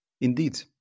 Indeed